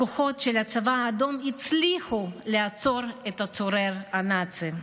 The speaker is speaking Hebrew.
הכוחות של הצבא האדום הצליחו לעצור את הצורר הנאצי.